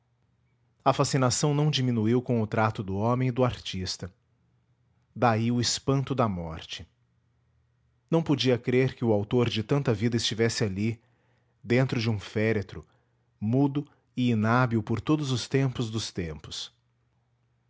a fascinação não diminuiu com o trato do homem e do artista daí o espanto da morte não podia crer que o autor de tanta vida estivesse ali dentro de um féretro mudo e inábil por todos os tempos dos tempos